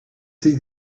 see